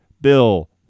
Bill